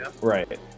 Right